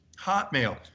Hotmail